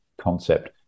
concept